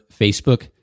Facebook